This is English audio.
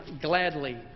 gladly